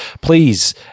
Please